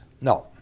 No